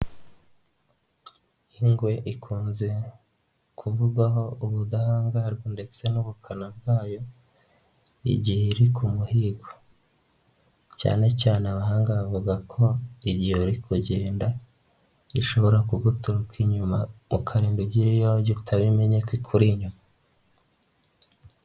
Ingwe ikunze kuvugwaho ubudahangarwa ndetse n'ubukana bwayo igihe iri ku muhigo. Cyane cyane abahanga bavuga ko igihe wari kugenda, ishobora kuguturuka inyuma ukarinda ugira iyo ujya utabimenya ko ikuri inyuma.